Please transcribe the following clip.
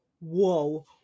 whoa